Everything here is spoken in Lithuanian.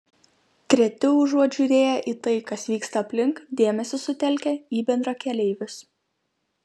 treti užuot žiūrėję į tai kas vyksta aplink dėmesį sutelkia į bendrakeleivius